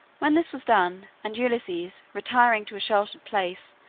when this was done, and ulysses, retiring to a sheltered place,